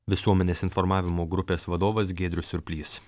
visuomenės informavimo grupės vadovas giedrius surplys